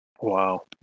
Wow